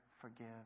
forgive